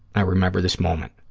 i remember this moment.